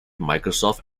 microsoft